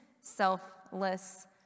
selfless